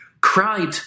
cried